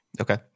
Okay